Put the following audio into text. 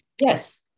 Yes